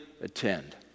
attend